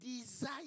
desire